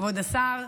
כבוד השר,